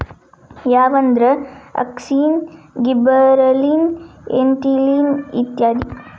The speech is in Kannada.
ಯಾವಂದ್ರ ಅಕ್ಸಿನ್, ಗಿಬ್ಬರಲಿನ್, ಎಥಿಲಿನ್ ಇತ್ಯಾದಿ